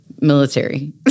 military